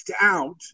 out